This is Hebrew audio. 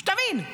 שתבין,